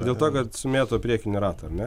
dėl to kad sumėto priekinį ratą ar ne